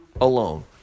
alone